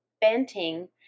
Banting